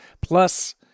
plus